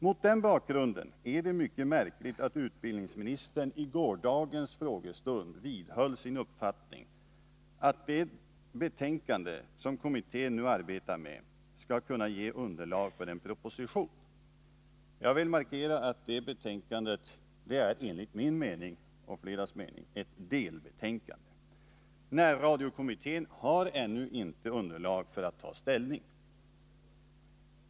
Mot den bakgrunden är det märkligt att utbildningsministern i gårdagens frågestund vidhöll sin uppfattning, att det betänkande som kommittén nu arbetar med skall kunna ge underlag för en proposition. Jag vill markera att det betänkandet enligt min och flera andras mening är ett delbetänkande. Närradiokommittén har ännu inte underlag för att ta ställning.